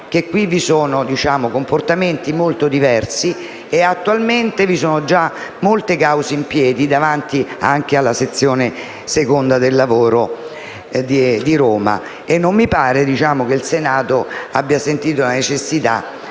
che qui sono in atto comportamenti molto diversi. Attualmente vi sono già molte cause in piedi, anche davanti alla sezione seconda lavoro di Roma, e non mi pare che il Senato abbia sentito la necessità